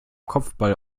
kopfball